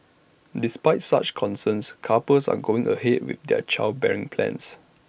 despite such concerns couples are going ahead with their childbearing plans